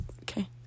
okay